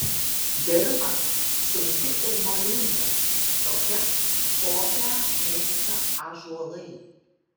dirva sunki ir molinga tokia kokią mėgsta ąžuolai